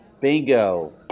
Bingo